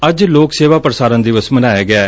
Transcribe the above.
ਅੱਜ ਲੋਕ ਸੇਵਾ ਪੁਸਾਰਣ ਦਿਵਸ ਮਨਾਇਆ ਜਾ ਗਿਐ